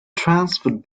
transferred